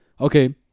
okay